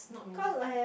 not me